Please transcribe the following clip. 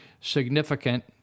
significant